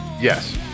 Yes